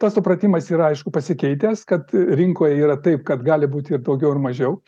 tas supratimas yra aišku pasikeitęs kad rinkoj yra taip kad gali būti ir daugiau ir mažiau